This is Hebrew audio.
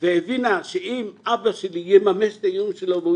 והבינה שאם אבא שלי יממש את האיום שלו והוא